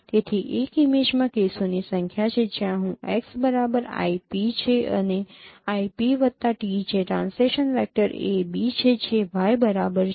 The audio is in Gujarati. તેથી એક ઇમેજમાં કેસોની સંખ્યા છે જ્યાં હું x બરાબર I p છે અને I p વત્તા t જે ટ્રાન્સલેશન વેક્ટર a b છે જે y બરાબર છે